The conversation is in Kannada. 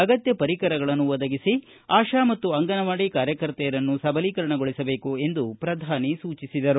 ಅಗತ್ಯ ಪರಿಕರಗಳನ್ನು ಒದಗಿಸಿ ಆಶಾ ಮತ್ತು ಅಂಗನವಾಡಿ ಕಾರ್ಯಕರ್ತೆಯರನ್ನು ಸಬಲೀಕರಣಗೊಳಿಸಬೇಕು ಎಂದು ಅವರು ಹೇಳಿದರು